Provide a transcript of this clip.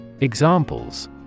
Examples